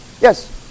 Yes